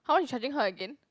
how much you charging her again